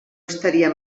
estaria